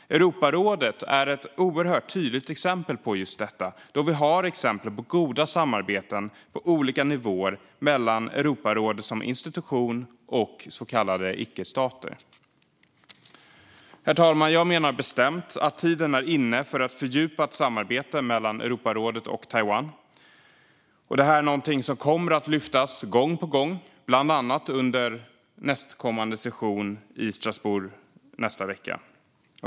Europarådet är ett oerhört tydligt exempel på just detta, då vi har goda samarbeten på olika nivåer mellan Europarådet som institution och så kallade icke-stater. Herr talman! Jag menar bestämt att tiden är inne för ett fördjupat samarbete mellan Europarådet och Taiwan. Detta är någonting som kommer att lyftas gång på gång, bland annat under nästkommande session i Strasbourg nästa vecka.